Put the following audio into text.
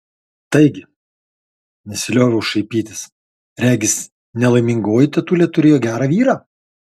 taigi nesilioviau šaipytis regis nelaimingoji tetulė turėjo gerą vyrą